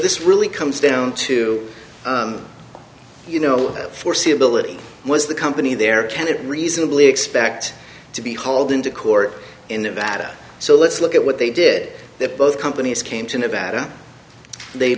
this really comes down to you know foreseeability was the company there can it reasonably expect to be hauled into court in nevada so let's look at what they did that both companies came to nevada they